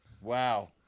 Wow